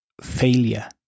failure